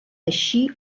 així